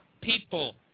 people